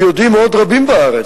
יודעים על עוד מקומות רבים בארץ.